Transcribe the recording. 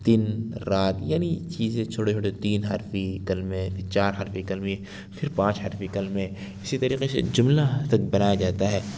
دن رات یعنی چیزیں چھوٹے چھوٹے تین حرفی کلمے چار حرفی کلمے پھر پانچ حرفی کلمے اسی طریقے سے جملہ بنایا جاتا ہے